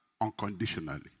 unconditionally